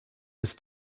was